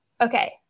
Okay